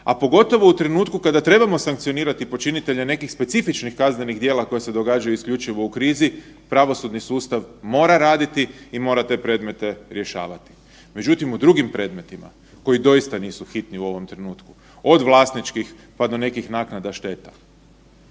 a pogotovo u trenutku kada trebamo sankcionirati počinitelje nekih specifičnih kaznenih djela koja se događaju isključivo u krizi, pravosudni sustav mora raditi i mora te predmete rješavati. Međutim, u drugim predmetima koji doista nisu hitni u ovom trenutku, od vlasničkih, pa do nekih naknada šteta,